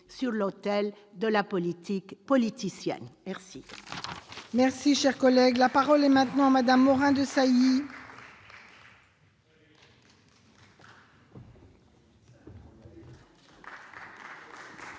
sur l'autel de la politique politicienne. La